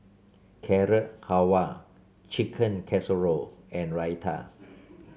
Carrot Halwa Chicken Casserole and Raita